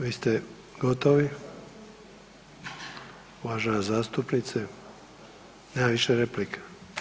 Vi ste gotovi uvažena zastupnice nema više replika.